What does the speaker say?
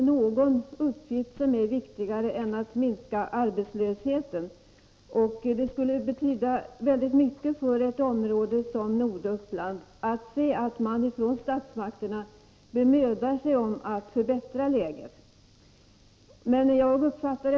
Oavsett utgången av den förestående prövningen av polisanmälan är det otillfredsställande att tvisten om umgängesrätt avgörs innan den för umgängesfrågan så betydelsefulla polisanmälan är behandlad.